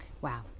Wow